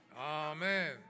Amen